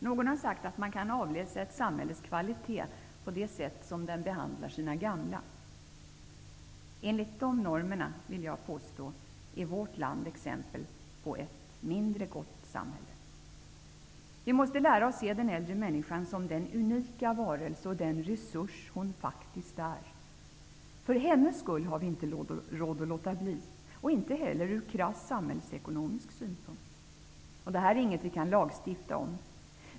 Någon har sagt att man kan avläsa ett samhälles kvalitet på det sätt som det behandlar sina gamla. Enligt den normen är, vill jag påstå, vårt land exempel på ett mindre gott samhälle. Vi måste lära oss att se den äldre människan som den unika varelse och den resurs hon faktiskt är. För hennes skull har vi inte råd att låta bli att göra det, och inte heller ur krass samhällsekonomisk synpunkt. Detta är inget som vi kan lagstifta om.